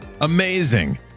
Amazing